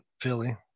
Philly